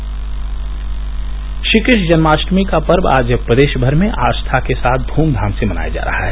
श्रीकष्ण जन्माष्टमी श्रीकृष्ण जन्माष्टमी का पर्व आज प्रदेश भर में आस्था के साथ ध्रम्बाम से मनाया जा रहा है